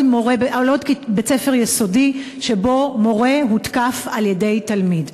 בית-ספר יסודי שבו מורה הותקף על-ידי תלמיד.